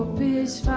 this